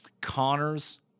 Connors